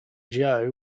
joe